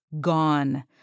gone